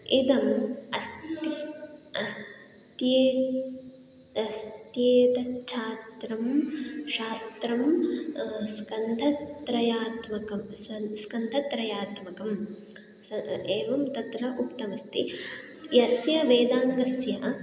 इदम् अस्ति अस्ति अस्त्येतच्छात्रं शास्त्रं स्कन्धत्रयात्मकं सत् स्कन्धत्रयात्मकं सः एवं तत्र उक्तमस्ति यस्य वेदाङ्गस्य